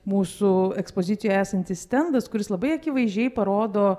mūsų ekspozicijoje esantis stendas kuris labai akivaizdžiai parodo